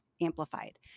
amplified